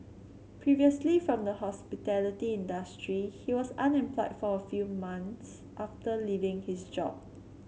previously from the hospitality industry he was unemployed for a few months after leaving his job